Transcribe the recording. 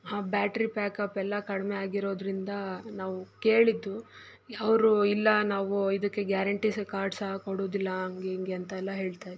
battery backup ಎಲ್ಲ ಕಡಿಮೆ ಆಗಿರೋದ್ರಿಂದ ನಾವು ಕೇಳಿದ್ದು ಅವರು ಇಲ್ಲ ನಾವು ಇದಕ್ಕೆ ಗ್ಯಾರಂಟಿ ಸಹ ಕಾರ್ಡ್ ಸಹ ಕೊಡೋದಿಲ್ಲ ಹಂಗೆ ಹಿಂಗೆ ಅಂತ ಎಲ್ಲ ಹೇಳ್ತಾ ಇದ್ದರು